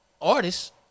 artists